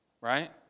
right